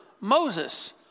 Moses